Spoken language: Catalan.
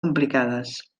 complicades